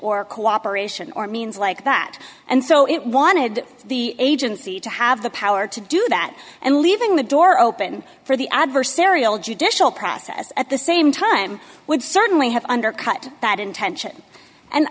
or cooperation or means like that and so it wanted the agency to have the power to do that and leaving the door open for the adversarial judicial process at the same time would certainly have undercut that intention and